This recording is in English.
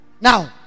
now